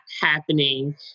happening